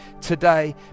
today